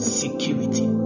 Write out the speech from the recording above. security